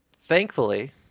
thankfully